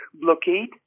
blockade